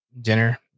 dinner